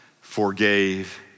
forgave